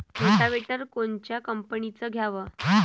Rotavator कोनच्या कंपनीचं घ्यावं?